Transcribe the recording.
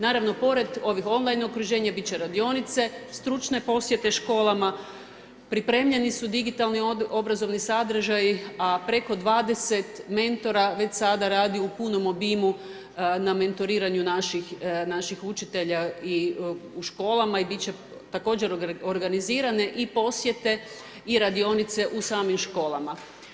Naravno pored ovih on line okruženja biti će radionice, stručne posjete školama, pripremljeni su digitalni obrazovni sadržaji a preko 20 mentora već sada radi u punom obimu na mentoriranju naših učitelja i u školama i biti će također organizirane i posjete i radionice u samim školama.